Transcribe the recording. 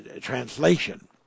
translation